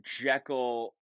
Jekyll